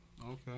Okay